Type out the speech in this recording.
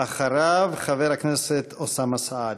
ואחריו, חבר הכנסת אוסאמה סעדי.